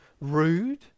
rude